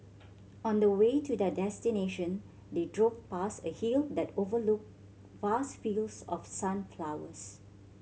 on the way to their destination they drove past a hill that overlooked vast fields of sunflowers